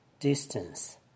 Distance